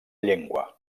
llengua